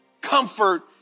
Comfort